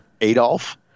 Adolf